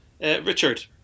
Richard